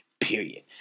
Period